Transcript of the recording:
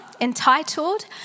entitled